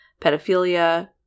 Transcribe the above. pedophilia